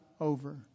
over